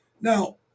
Now